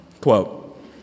quote